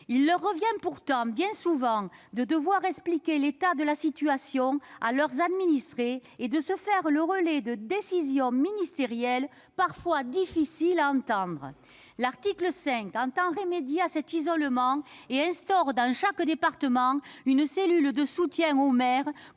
Il leur revient pourtant de devoir expliquer l'état de la situation à leurs administrés et de se faire le relais de décisions ministérielles parfois difficile à entendre. L'article 5 entend remédier à cet isolement en instaurant dans chaque département une cellule de soutien aux maires